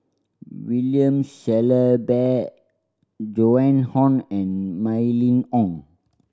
William Shellabear Joan Hon and Mylene Ong